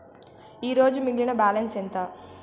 ఈరోజు మిగిలిన బ్యాలెన్స్ ఎంత?